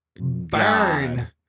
burn